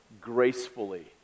gracefully